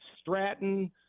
Stratton